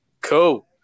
Cool